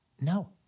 no